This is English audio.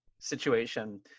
situation